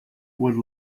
would